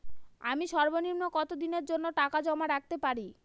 আমি সর্বনিম্ন কতদিনের জন্য টাকা জমা রাখতে পারি?